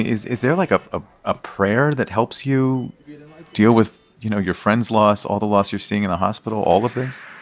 is is there, like, a ah a prayer that helps you deal with, you know, your friend's loss, all the loss you're seeing in the hospital all of this?